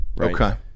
Okay